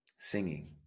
singing